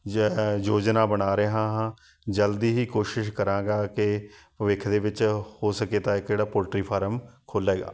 ਯ ਯੋਜਨਾ ਬਣਾ ਰਿਹਾ ਹਾਂ ਜਲਦੀ ਹੀ ਕੋਸ਼ਿਸ਼ ਕਰਾਂਗਾ ਕਿ ਭਵਿੱਖ ਦੇ ਵਿੱਚ ਹੋ ਸਕੇ ਤਾਂ ਇੱਕ ਜਿਹੜਾ ਪੋਲਟਰੀ ਫਾਰਮ ਖੁੱਲ੍ਹੇਗਾ